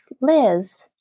Liz